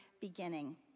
beginning